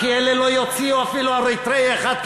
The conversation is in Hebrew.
כי אלה לא יוציאו אפילו אריתריאי אחד,